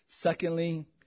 Secondly